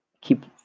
keep